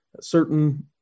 certain